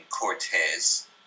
Cortez